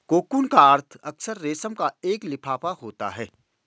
cocoon का अर्थ अक्सर रेशम का एक लिफाफा होता है